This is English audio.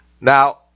Now